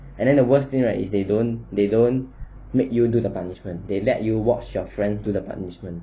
and then the worst thing right if they don't they don't make you do punishment they let you watch your friend do the punishment